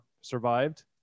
survived